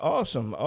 Awesome